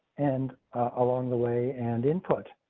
and along the way and input.